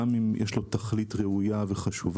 גם אם יש לו תכלית ראויה וחשובה